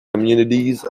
communities